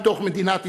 מתוך מדינת ישראל,